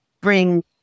bring